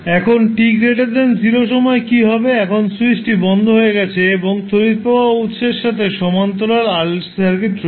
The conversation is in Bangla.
এখন t 0 সময়ে কি হবে এখন স্যুইচটি বন্ধ হয়ে গেছে এবং তড়িৎ প্রবাহ উত্সের সাথে সমান্তরাল RLC সার্কিট রয়েছে